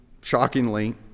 shockingly